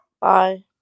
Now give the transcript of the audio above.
Bye